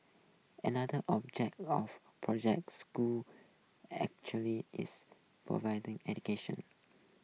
another object of Project Schools actually is providing education